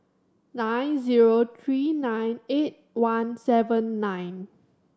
nine zero three nine eight one seven nine